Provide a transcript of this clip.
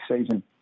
season